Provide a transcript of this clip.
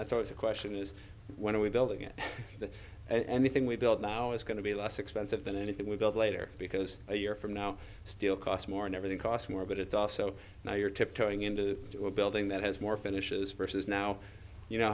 that's always the question is when are we building it and the thing we build now is going to be less expensive than anything we build later because a year from now still costs more and everything costs more but it's also now your tiptoeing into the building that has more finishes versus now you know